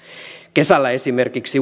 kesällä esimerkiksi